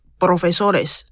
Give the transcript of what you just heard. profesores